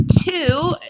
two